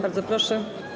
Bardzo proszę.